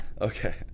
Okay